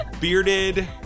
bearded